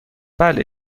بله